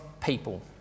people